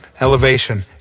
elevation